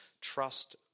trust